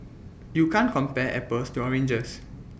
you can't compare apples to oranges